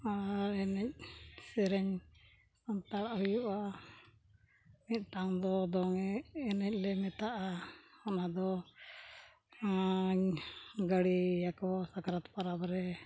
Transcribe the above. ᱟᱨ ᱮᱱᱮᱡ ᱥᱮᱨᱮᱧ ᱥᱟᱱᱛᱟᱲᱟᱜ ᱦᱩᱭᱩᱜᱼᱟ ᱢᱤᱫᱴᱟᱝ ᱫᱚ ᱫᱚᱝ ᱮᱱᱮᱡ ᱞᱮ ᱢᱮᱛᱟᱜᱼᱟ ᱚᱱᱟ ᱫᱚ ᱜᱟᱲᱤᱭᱟᱠᱚ ᱥᱟᱠᱨᱟᱛ ᱯᱚᱨᱚᱵᱽ ᱨᱮ